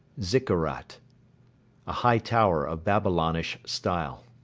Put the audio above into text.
zikkurat a high tower of babylonish style.